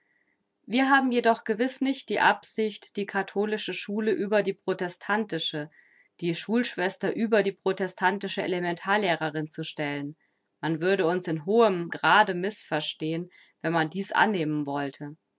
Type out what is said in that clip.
wir haben jedoch gewiß nicht die absicht die katholische schule über die protestantische die schulschwester über die protestantische elementar lehrerin zu stellen man würde uns in hohem grade mißverstehen wenn man dies annehmen wollte